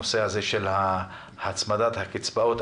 הוא נושא הצמדת הקצבאות.